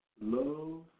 Love